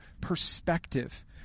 perspective